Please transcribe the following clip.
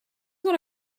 what